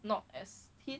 not as heat